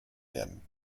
werden